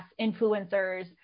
influencers